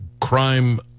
crime